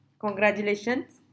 congratulations